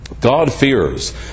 God-fears